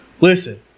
Listen